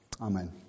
Amen